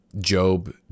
Job